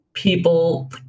People